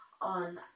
on